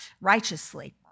righteously